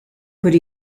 could